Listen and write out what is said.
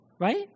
right